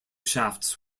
shafts